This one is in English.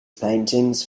paintings